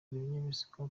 ibinyabiziga